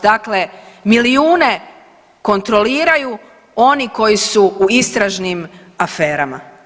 Dakle, milijune kontroliraju oni koji su u istražnim aferama.